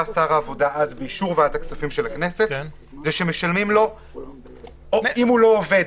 שר העבודה אז באישור ועדת הכספים של הכנסת היה שאם האדם לא עובד,